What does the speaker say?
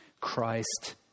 Christ